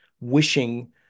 wishing